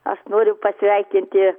aš noriu pasveikinti